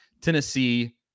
Tennessee